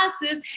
classes